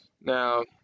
now